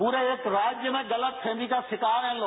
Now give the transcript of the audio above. पूरे एक राज्य में गलत फहमी का शिकार हैं लोग